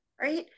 right